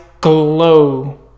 glow